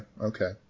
Okay